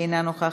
אינה נוכחת,